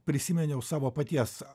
prisiminiau savo paties